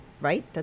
right